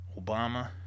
Obama